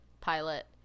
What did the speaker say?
pilot